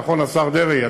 נכון, השר דרעי?